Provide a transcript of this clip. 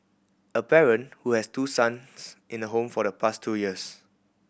a parent who has two sons in the home for the past two years